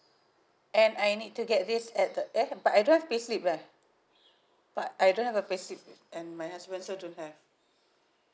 and I need to get this at the eh but I don't have pay slip ah but I don't have a pay slip and my husband also don't have